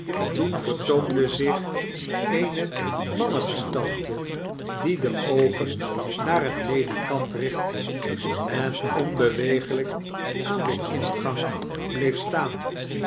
toen vertoonde zich eene mannengestalte die de oogen naar het ledikant richtte en onbeweeglyk aan den ingang bleef staan